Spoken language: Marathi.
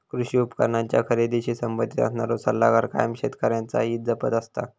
कृषी उपकरणांच्या खरेदीशी संबंधित असणारो सल्लागार कायम शेतकऱ्यांचा हित जपत असता